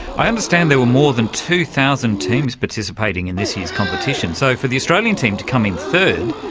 i understand there were more than two thousand teams participating in this year's competition, so for the australian team to come in third,